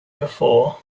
before